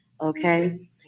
Okay